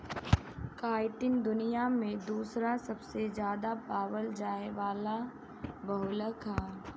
chitin दुनिया में दूसरा सबसे ज्यादा पावल जाये वाला बहुलक ह